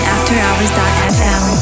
AfterHours.fm